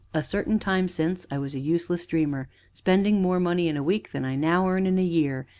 a certain time since i was a useless dreamer spending more money in a week than i now earn in a year,